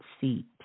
seat